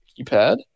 keypad